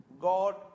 God